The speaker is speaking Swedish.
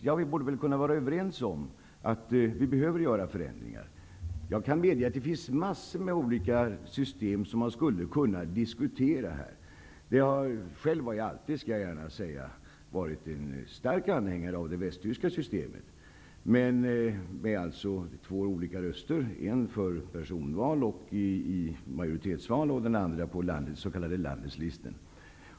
Ja, vi borde väl kunna vara överens om att det behövs förändringar. Jag kan medge att det finns en mängd olika system som skulle kunna diskuteras här. Själv har jag, det vill jag gärna säga, alltid varit en varm anhängare av det västtyska systemet med två olika röster -- en för personval, och det handlar då om majoritetsval, och en på s.k. Landeslisten.